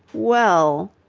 well.